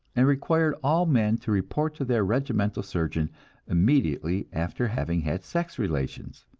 and required all men to report to their regimental surgeon immediately after having had sex relations.